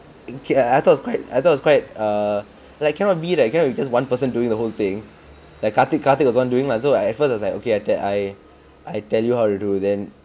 okay I thought it's quite I thought was quite err like cannot be like cannot be just one person doing the whole thing like karthik karthik was the one doing lah so at first I was like okay I I I tell you how to do then